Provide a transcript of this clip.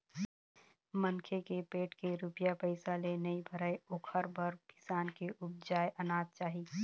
मनखे के पेट के रूपिया पइसा ले नइ भरय ओखर बर किसान के उपजाए अनाज चाही